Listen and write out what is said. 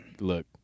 look